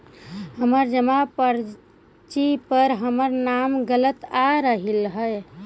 हमर जमा पर्ची पर हमर नाम गलत आ रहलइ हे